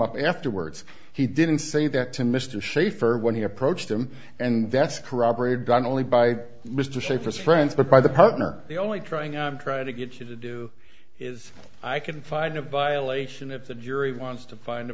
up afterwards he didn't say that to mr shafer when he approached him and that's corroborated done only by mr safest friends but by the partner the only trying i'm trying to get you to do is i can find it by a lake and if the jury wants to find a